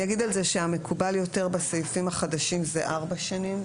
אני אגיד על זה שהמקובל יותר בסעיפים החדשים זה ארבע שנים,